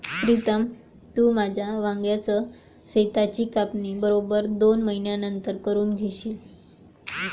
प्रीतम, तू तुझ्या वांग्याच शेताची कापणी बरोबर दोन महिन्यांनंतर करून घेशील